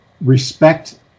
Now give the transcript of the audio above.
Respect